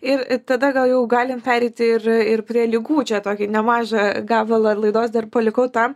ir tada gal jau galim pereiti ir ir prie ligų čia tokį nemažą gabalą laidos dar palikau tam